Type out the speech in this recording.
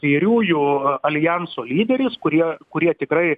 kairiųjų aljanso lyderis kurie kurie tikrai